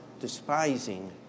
despising